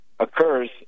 Occurs